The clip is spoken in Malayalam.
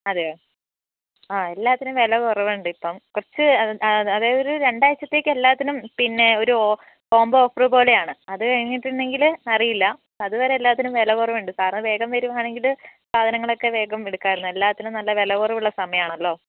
അതെയോ ആ എല്ലാത്തിനും വില കുറവുണ്ടിപ്പം കുറച്ച് അതായത് ഒരു രണ്ടാഴ്ച്ചത്തേക്ക് എല്ലാത്തിനും പിന്നെ ഒരു കോംബോ ഓഫറ് പോലെയാണ് അത് കഴിഞ്ഞിട്ടുണ്ടെങ്കിൽ അറിയില്ല അതുവരെ എല്ലാത്തിനും വില കുറവുണ്ട് സാർ ഒന്ന് വേഗം വരികയാണെങ്കിൽ സാധനങ്ങളൊക്കെ വേഗം എടുക്കാമായിരുന്നു എല്ലാത്തിനും നല്ല വില കുറവുള്ള സമയമാണല്ലോ